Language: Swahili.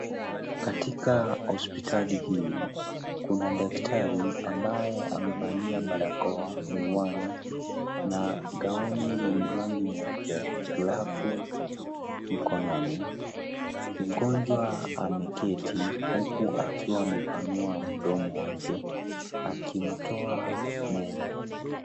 Katika hospitali hii kuna daktari ambaye amevalia barakoa, miwani na gaoni yenye rangi nyeupe glavu mkononi , mgonjwa ameketi huku akiwa amepanua mdomo wake akimtoa meno.